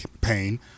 pain